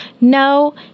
No